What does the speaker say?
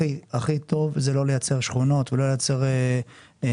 הכי טוב זה לא לייצר שכונות ולא לייצר ריכוזים,